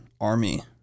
army